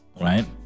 right